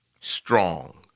strong